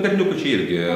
berniukų čia irgi